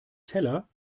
teller